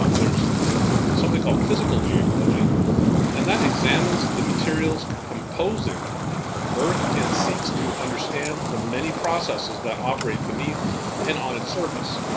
ah there's something called physical geology and that examines the materials composing earth and seeks to understand the many processes operate beneath and on its surface.